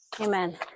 Amen